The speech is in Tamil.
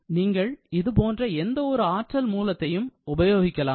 ஆகவே நீங்கள் இது போன்ற எந்த ஒரு ஆற்றல் மூலத்தையும் உபயோகிக்கலாம்